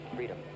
Freedom